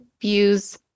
views